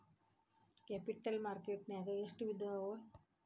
Capital market ನ್ಯಾಗ್ ಎಷ್ಟ್ ವಿಧಾಅವ?